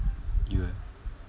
you leh